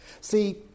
See